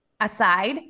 aside